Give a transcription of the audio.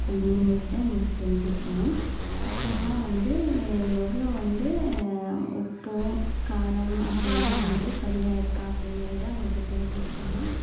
அப்படிங்கறது நம்மளுக்கு தெரிஞ்சியிருக்கணும் அப்புறமா வந்து எவ்வளோ வந்து உப்பு காரம் அப்படின்ட்லாம் வந்து சரியாக இருக்கா அப்படிங்கறது நம்மளுக்கு தெரிஞ்சிருக்கணும்